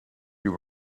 you